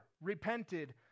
repented